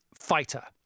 fighter